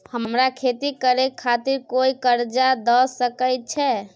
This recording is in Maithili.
हमरा खेती करे खातिर कोय कर्जा द सकय छै?